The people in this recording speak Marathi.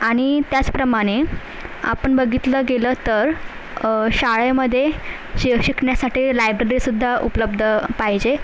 आणि त्याचप्रमाणे आपण बघितलं गेलं तर शाळेमधे शि शिकण्यासाठी लायब्ररीसुद्धा उपलब्ध पाहिजे